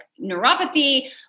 neuropathy